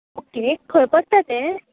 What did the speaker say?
okay खंय पडटा तें